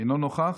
אינו נוכח.